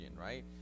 right